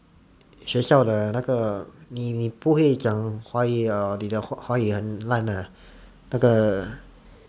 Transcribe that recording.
学校的那个你你不会讲华语 err 你的华语很烂啦那个